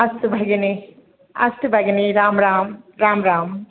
अस्तु भगिनी अस्तु भगिनी राम् राम् राम् राम्